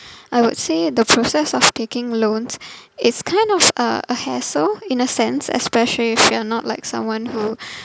I would say the process of taking loans is kind of a hassle in a sense especially if you are not like someone who